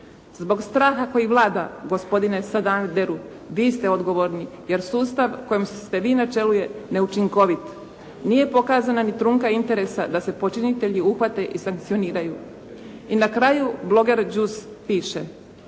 Zbog straha koji vlada gospodine Sanaderu, vi ste odgovorni jer sustav kojem ste vi na čelu je neučinkovit. Nije pokazana ni trunka interesa da se počinitelji uhvate i sankcioniraju. I na kraju "Bloger just" piše: